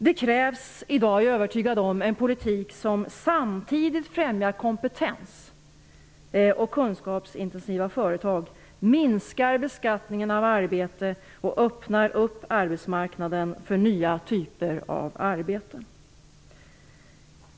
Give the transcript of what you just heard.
Det krävs i dag, det är jag övertygad om, en politik som främjar kompetens och kunskapsintensiva företag och som samtidigt minskar beskattningen av arbete och öppnar arbetsmarknaden för nya typer av arbeten.